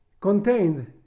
contained